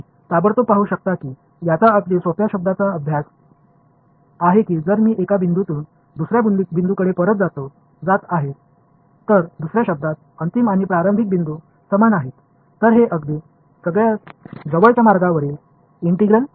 எனவே இதன் ஒரு நேரடியான முன்னோக்கிய இணைப்பை நீங்கள் உடனடியாகக் காணலாம் நான் ஒரு புள்ளியில் இருந்து மீண்டும் அதே புள்ளிக்கு செல்கிறேன் என்றால் இதனை வேறுவிதமாகக் கூறினால் இறுதி மற்றும் தொடக்கப் புள்ளி ஒன்றுதான் என்றால் இதுதான் மூடிய பாதைகளின் உண்மையான இன்டகரல்